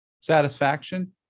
Satisfaction